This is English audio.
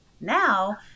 now